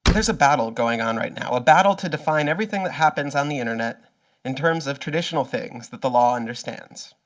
there's a battle going on right now a battle to define everything that happens on the internet in terms of traditional things that the law understands.